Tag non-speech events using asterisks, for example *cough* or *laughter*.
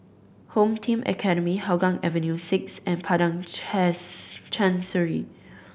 Home Team Academy Hougang Avenue Six and Padang *unintelligible* Chancery